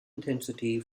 intensity